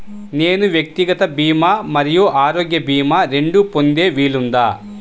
నేను వ్యక్తిగత భీమా మరియు ఆరోగ్య భీమా రెండు పొందే వీలుందా?